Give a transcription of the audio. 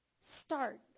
Start